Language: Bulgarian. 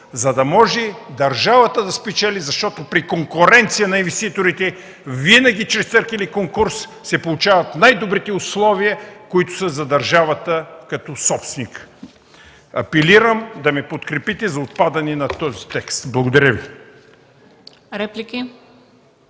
за да може държавата да спечели, защото при конкуренция на инвеститорите –винаги чрез търг или конкурс, се получават най-добрите условия, които са за държавата като собственик. Апелирам да ме подкрепите за отпадане на този текст. Благодаря Ви.